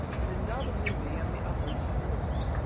but indaba-zimbi and the others walked.